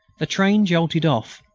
the train jolted off.